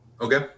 Okay